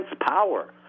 power